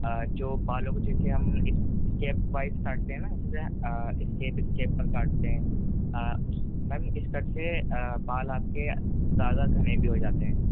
جو بالوں کو جیسے ہم ایک اسٹیپ وائس کاٹتے ہیں نا جیسے اسکیپ اسکیپ پر کاٹتے ہیں میم اس سے کٹ سے بال آپ کے زیادہ گھنے بھی ہو جاتے ہیں